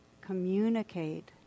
communicate